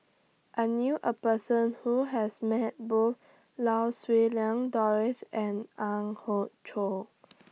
I knew A Person Who has Met Both Lau Siew Lang Doris and Ang Hiong Chiok